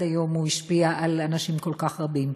היום הוא השפיע על אנשים כל כך רבים.